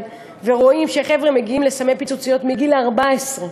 ורואים שחבר'ה מגיעים לסמי פיצוציות מגיל 14,